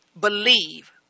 believe